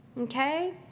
Okay